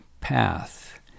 path